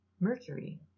Mercury